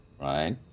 right